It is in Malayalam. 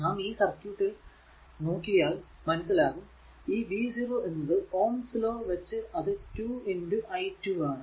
നാം ഈ സർക്യൂട്ടിൽ നോക്കിയാൽ മനസ്സിലാകും ഈ v 0 എന്നത് ohm's law ohm 's law വച്ച് അത് 2 i2 ആണ്